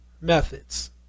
methods